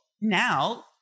now